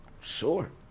Sure